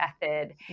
method